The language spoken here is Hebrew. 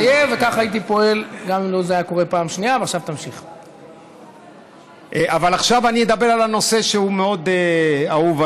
כבוד היושב-ראש, עכשיו אני אדבר על החוק ועל,